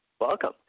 Welcome